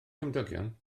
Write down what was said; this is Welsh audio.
cymdogion